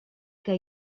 que